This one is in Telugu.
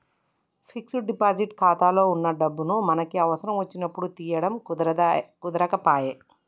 ఫిక్స్డ్ డిపాజిట్ ఖాతాలో వున్న డబ్బులు మనకి అవసరం వచ్చినప్పుడు తీయడం కుదరకపాయె